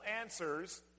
answers